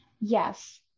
Yes